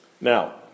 Now